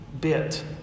bit